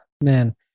man